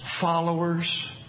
followers